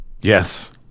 Yes